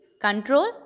control